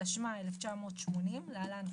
התשמ"א 1980‏ (להלן,